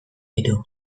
ditu